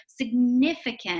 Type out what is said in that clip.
significant